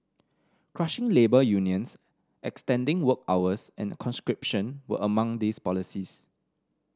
crushing labour unions extending work hours and conscription were among these policies